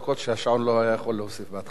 שהשעון לא היה יכול להוסיף בהתחלה.